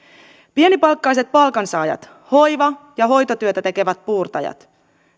pienipalkkaiset palkansaajat hoiva ja hoitotyötä tekevät puurtajat